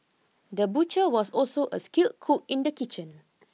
the butcher was also a skilled cook in the kitchen